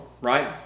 right